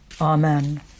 Amen